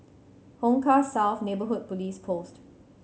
Hong Kah South Neighbourhood Police Post